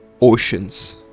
oceans